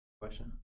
Question